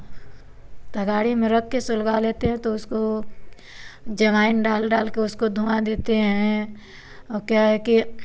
तगाड़ी में रख कर सुलगा लेते हैं तो उसको ज्वाइन डाल डाल कर उसको धुँआ देते हैं क्या है कि